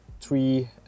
three